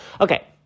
Okay